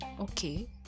okay